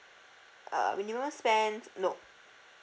uh minimum spend no